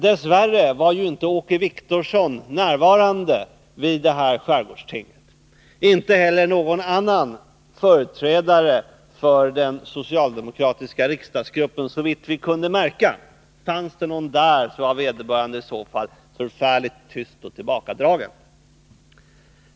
Dess värre var inte Åke Wictorsson närvarande vid det här skärgårdstinget, inte heller någon annan företrädare för den socialdemokratiska riksdagsgruppen, såvitt vi kunde märka — fanns det någon där var vederbörande i så fall förfärligt tyst och tillbakadragen.